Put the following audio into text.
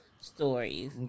stories